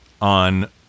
on